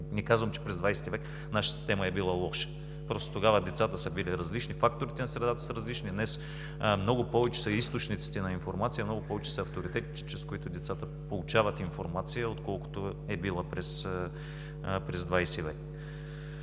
Не казвам, че през ХХ век нашата система е била лоша, просто тогава децата са били различни, факторите на средата са различни, днес много повече са източниците на информация, много повече са авторитетите, чрез които децата получават информация, отколкото е била през ХХ век.